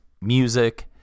music